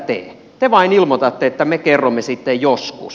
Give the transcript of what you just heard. te vain ilmoitatte että me kerromme sitten joskus